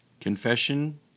Confession